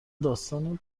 داستان